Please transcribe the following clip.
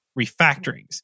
refactorings